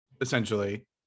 essentially